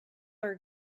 are